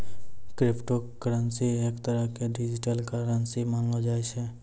crypto currency एक तरह के डिजिटल करन्सी मानलो जाय छै